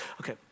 okay